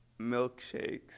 milkshakes